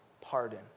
pardon